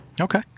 Okay